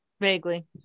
Vaguely